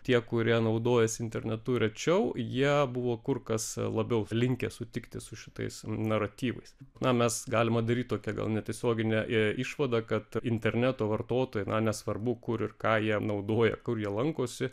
tie kurie naudojasi internetu rečiau jie buvo kur kas labiau linkę sutikti su šitais naratyvais na mes galima daryt tokią gal netiesioginę e išvadą kad interneto vartotojai na nesvarbu kur ir ką jie naudoja kur jie lankosi